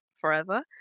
forever